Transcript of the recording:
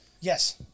Yes